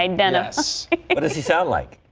um dennis to sound like.